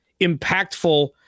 impactful